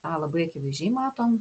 tą labai akivaizdžiai matom